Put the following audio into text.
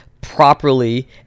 properly